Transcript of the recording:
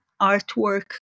artwork